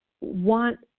want